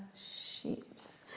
sheep's